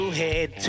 head